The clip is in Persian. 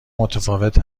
متفاوت